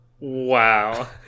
Wow